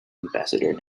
ambassador